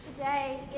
Today